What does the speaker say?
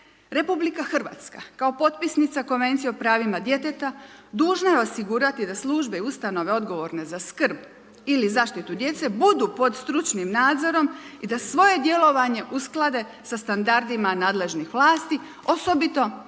bilo, RH kao potpisnica Konvencije o pravima djeteta dužna je osigurati da službe, ustanove odgovorne za skrb ili zaštitu djece budu pod stručnim nadzorom i da svoje djelovanje usklade sa standardima nadležnih vlasti osobito glede